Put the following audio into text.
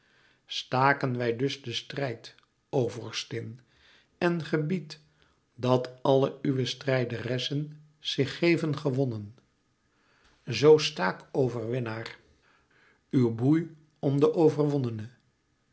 staken wij dus den strijd o vorstin en gebied dat alle uwe strijderessen zich geven gewonnen zoo slaak overwinnaar uw boei om de